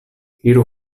iru